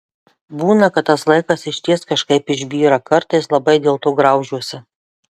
būna kad tas laikas išties kažkaip išbyra kartais labai dėlto graužiuosi